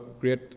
great